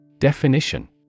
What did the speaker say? Definition